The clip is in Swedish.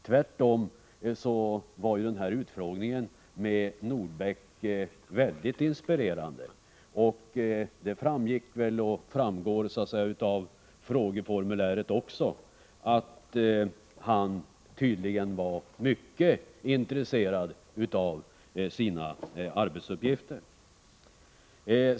Tvärtom var ju utfrågningen av Gunnar Nordbeck väldigt inspirerande. Det framgår väl av utfrågningen att han tydligen är mycket intresserad av sina arbetsuppgifter.